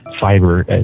fiber